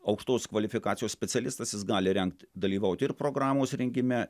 aukštos kvalifikacijos specialistas jis gali rengt dalyvaut ir programos rengime